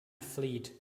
fleet